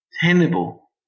tenable